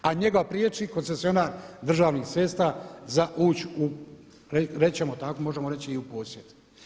A njega prijeći koncesionar državnih cesta za ući u, reći ćemo tako, možemo reći i u posjed.